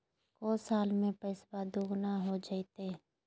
को साल में पैसबा दुगना हो जयते?